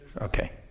Okay